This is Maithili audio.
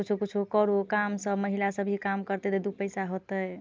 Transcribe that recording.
कुछो कुछो करू काम सभ महिला सभ भी काम करतै तऽ दू पइसा होतै